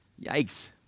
Yikes